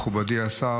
מכובדי השר,